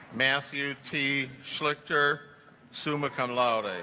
matthew t schlichter summa cum laude